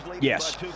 Yes